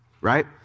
Right